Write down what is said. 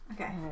Okay